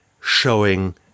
showing